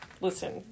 listen